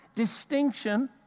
Distinction